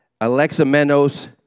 Alexamenos